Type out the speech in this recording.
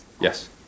yes